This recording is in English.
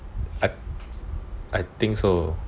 I think so